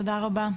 תודה רבה.